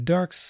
Dark